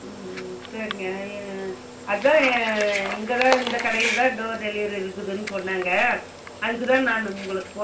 ம் ம் சரிங்க அதான் இங்கே தான் இந்த கடையில் தான் டோர் டெலிவரி இருக்குதுன்னு சொன்னாங்க அதுக்கு தான் நான் உங்களுக்கு போன்